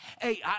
Hey